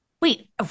Wait